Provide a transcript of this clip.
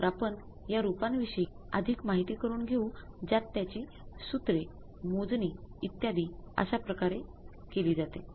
तर आपण या रूपांविषयी अधिक माहिती करून घेऊ ज्यात त्यांची सूत्रे मोजणी इत्यादी कश्या प्रकारे केली जाते